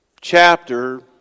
chapter